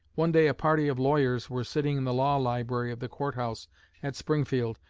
one day a party of lawyers were sitting in the law library of the court-house at springfield,